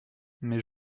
mais